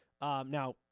Now